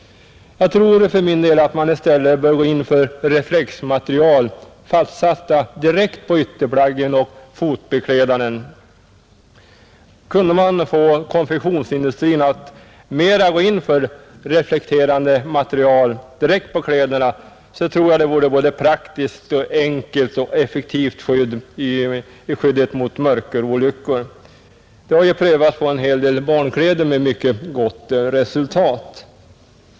Jag tror för min del att man i stället bör gå in för reflexmaterial fastsatta direkt på ytterplaggen och fotbeklädnaden. Kunde man få konfektionsindustrin att mera gå in för reflekterande material direkt på kläderna, så tror jag det vore ett både praktiskt, enkelt och effektivt skydd mot mörkerolyckor. Det har ju prövats på en hel del barnkläder med mycket gott resultat.